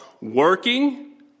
working